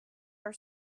our